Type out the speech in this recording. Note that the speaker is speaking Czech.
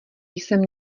jsem